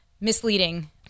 misleading